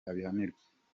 abihanirwe